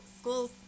school's